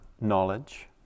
knowledge